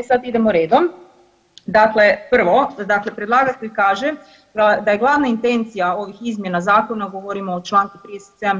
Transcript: E sad, idemo redom, dakle prvo, dakle predlagatelj kaže da je glavna intencija ovih izmjena Zakona, govorimo o čl. 37